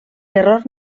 terror